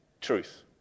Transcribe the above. Truth